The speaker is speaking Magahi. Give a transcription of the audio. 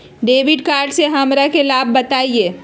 डेबिट कार्ड से हमरा के लाभ बताइए?